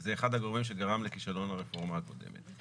זה אחד הגורמים שגרם לכישלון ברפורמה הקודמת כי